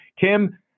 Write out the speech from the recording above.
Kim